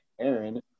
Aaron